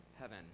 heaven